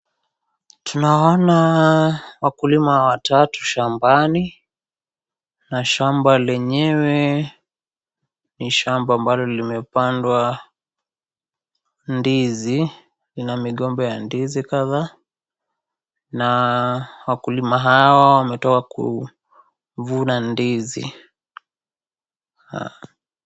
Tunaona wakulima watatu shambani na shamba lenyewe ni shamba ambalo limepandwa ndizi lina migomba ya ndizi kadhaa na wakulima hao wametoka kuvuna ndizi.